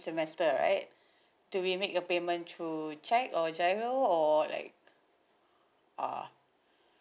semester right do we make a payment through cheque or G_I_R_O or like uh